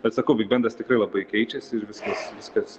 bet sakau bigbendas tikrai labai keičiasi ir viskas viskas